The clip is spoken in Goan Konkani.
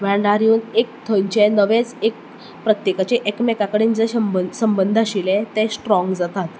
मांडार येवन एक थंयचें नवेंच एक प्रत्येकाचें एकमेकां कडेन जें शंबंद संबंद आशिल्लें तें स्ट्रॉंग जातात